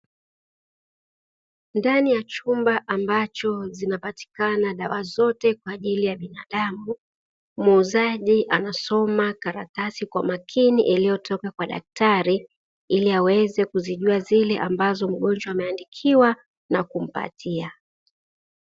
Ndani ya chumba ambacho zinapatikana dawa zote kwajili ya binadamu, muuzaji anasoma karatasi kwa makini iliyotoka kwa daktari ili aweze kuzijua zile ambazo mgonjwa ameandikiwa na kumpatia.